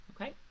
okay